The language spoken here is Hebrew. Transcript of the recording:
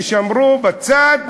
תישמרו בצד,